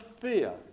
fear